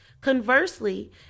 Conversely